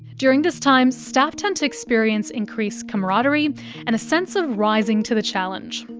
during this time, staff tend to experience increased camaraderie and a sense of rising to the challenge.